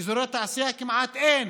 אזורי תעשייה כמעט אין